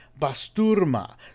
basturma